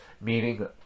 Meaning